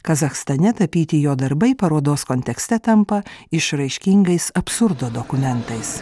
kazachstane tapyti jo darbai parodos kontekste tampa išraiškingais absurdo dokumentais